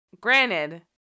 Granted